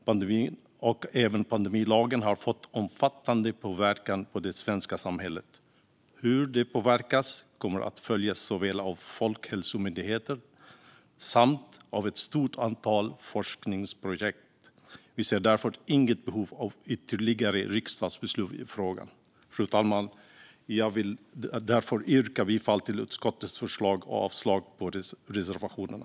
Pandemin och även pandemilagen har haft omfattande påverkan på det svenska samhället. Hur det påverkas kommer att följas av såväl Folkhälsomyndigheten som ett stort antal forskningsprojekt. Vi ser därför inget behov av ytterligare riksdagsbeslut i frågan. Fru talman! Jag yrkar därför bifall till utskottets förslag och avslag på reservationerna.